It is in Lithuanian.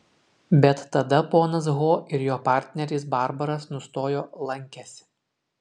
bet tada ponas ho ir jo partneris barbaras nustojo lankęsi